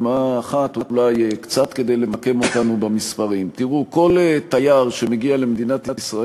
אבל אני אומר לכם שכלב השמירה של מפלגת יש עתיד